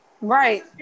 Right